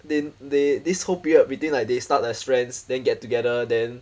they they this whole period between like they start as friends then get together then